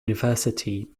university